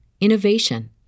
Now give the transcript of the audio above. innovation